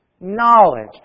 knowledge